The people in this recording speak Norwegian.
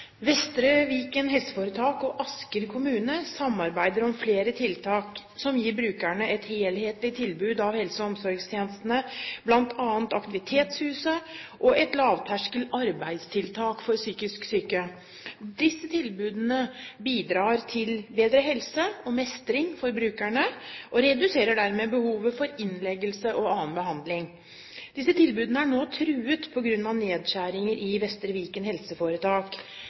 Viken helseforetak og Asker kommune samarbeider om flere tiltak som gir brukerne et helhetlig tilbud av helse- og omsorgstjenester, bl.a. Aktivitetshuset og et lavterskel arbeidstiltak for psykisk syke. Disse tilbudene bidrar til bedre helse og mestring for brukerne, og reduserer dermed behovet for innleggelse og annen behandling. Disse tilbudene er truet på grunn av nedskjæringer i Vestre Viken